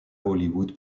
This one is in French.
hollywood